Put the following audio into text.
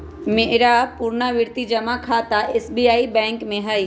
मेरा पुरनावृति जमा खता एस.बी.आई बैंक में हइ